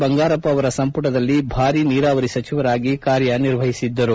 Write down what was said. ಬಂಗಾರಪ್ಪ ಅವರ ಸಂಪುಟದಲ್ಲಿ ಭಾರಿ ನೀರಾವರಿ ಸಚಿವರಾಗಿ ಕಾರ್ಯನಿರ್ವಹಿಸಿದ್ದರು